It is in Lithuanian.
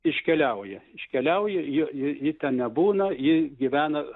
iškeliauja iškeliauja ji ji ten nebūna ji gyvena